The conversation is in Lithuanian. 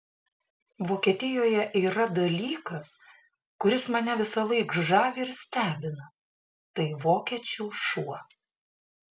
vokietijoje yra dalykas kuris mane visąlaik žavi ir stebina tai vokiečių šuo